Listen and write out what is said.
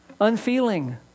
Unfeeling